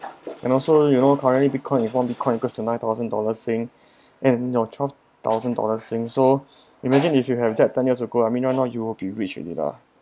and also you know currently Bitcoin is one Bitcoin equals to nine thousand dollars sing~ and your twelve thousand dollars sing~ so imagine if you have that ten years ago I mean you're not you will be rich already lah